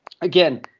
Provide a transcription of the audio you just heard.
again